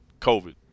covid